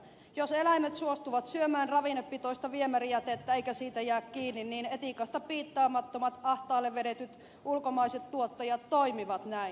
jos eläimet suostuvat syömään ravinnepitoista viemärijätettä eikä siitä jää kiinni niin etiikasta piittaamattomat ahtaalle vedetyt ulkomaiset tuottajat toimivat näin